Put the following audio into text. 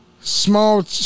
small